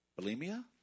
bulimia